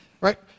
right